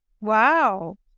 Wow